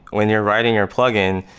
when you're writing your plugin,